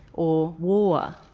or war.